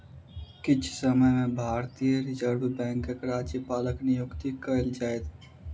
किछ समय में भारतीय रिज़र्व बैंकक राज्यपालक नियुक्ति कएल जाइत